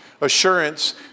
assurance